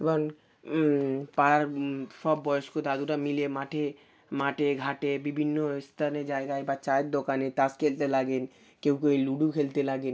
এবং পাড়ার সব বয়েস্ক দাদুরা মিলে মাঠে মাঠে ঘাটে বিভিন্ন স্থানে জায়গায় বা চায়ের দোকানে তাস খেলতে লাগেন কেউ কেউ লুডু খেলতে লাগেন